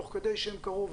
תוך כדי שהם קרו,